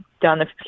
done